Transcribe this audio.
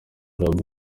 clubs